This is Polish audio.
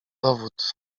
dowód